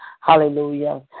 hallelujah